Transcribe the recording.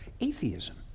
atheism